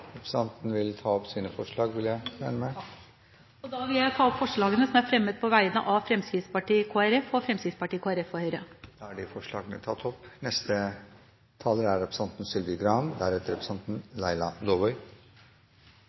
representanten vil ta opp noen forslag? Jeg vil ta opp forslagene som er fremmet på vegne av Fremskrittspartiet, Høyre og Kristelig Folkeparti og forslagene som er fremmet på vegne av Fremskrittspartiet og Kristelig Folkeparti. Representanten Vigdis Giltun har tatt opp